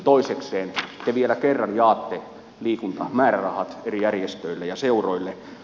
toisekseen te vielä kerran jaatte liikuntamäärärahat eri järjestöille ja seuroille